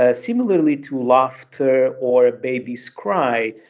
ah similarly to laughter or a baby's cry.